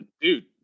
dude